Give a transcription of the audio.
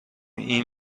این